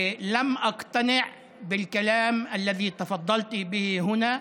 כבוד השרה, אני לא השתכנעתי מהדברים שנשאת פה,